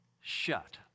shut